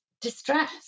distress